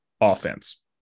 offense